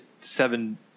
seven